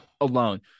Alone